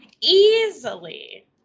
Easily